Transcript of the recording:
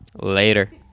Later